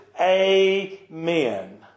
Amen